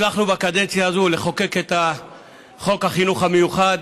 הצלחנו בקדנציה הזאת לחוקק את חוק החינוך המיוחד,